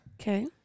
Okay